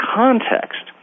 context